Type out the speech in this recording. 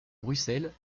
bruxelles